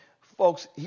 folks